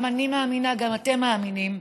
גם אני מאמינה, גם אתם מאמינים,